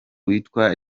witwa